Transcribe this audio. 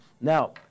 Now